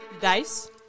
Dice